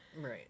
Right